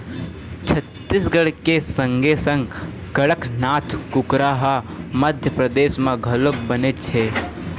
छत्तीसगढ़ के संगे संग कड़कनाथ कुकरा ह मध्यपरदेस म घलोक बनेच हे